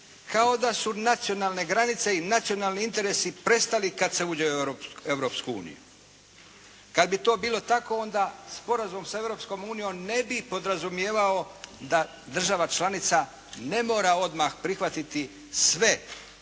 kao da su nacionalne granice i nacionalni interesi prestali kada se uđe u Europsku uniju. Kada bi to bilo tako onda sporazum s Europskom unijom ne bi podrazumijevao da država članica ne mora odmah prihvatiti sve